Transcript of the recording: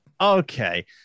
Okay